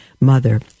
Mother